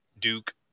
Duke